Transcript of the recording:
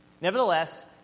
Nevertheless